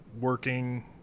working